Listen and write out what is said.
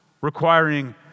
requiring